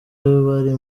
bari